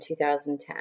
2010